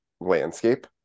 landscape